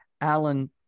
Alan